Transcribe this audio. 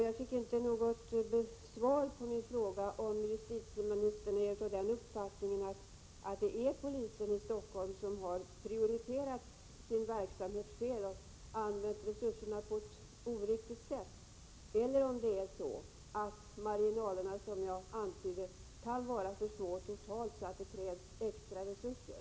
Jag fick inget svar på min fråga om justitieministern är av den uppfattningen att polisen i Stockholm har prioriterat sin verksamhet fel och använt resurserna på ett oriktigt sätt eller om marginalerna, som jag antydde, kan vara så små totalt att det krävs extra resurser.